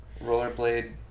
Rollerblade